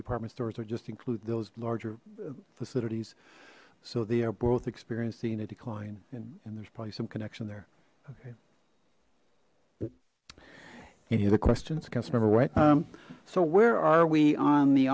department stores are just include those larger facilities so they are both experiencing a decline and there's probably some connection there okay any other questions customer wait um so where are we on the